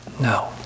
No